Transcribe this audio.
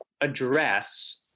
address